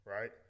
Right